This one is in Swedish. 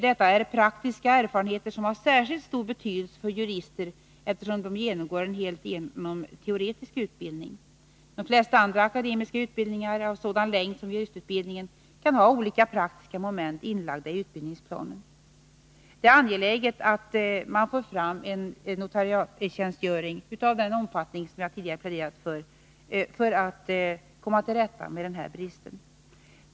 Detta är praktiska erfarenheter som har särskilt stor betydelse för jurister, eftersom de genomgår en helt igenom teoretisk utbildning. De flesta andra akademiska utbildningar av sådan längd som juristutbildningen kan ha olika praktiska moment inlagda i utbildningsplanen. Det är angeläget att man får fram en notarietjänstgöring av den omfattning som jag tidigare pläderat för, för att komma till rätta med denna brist.